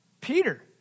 Peter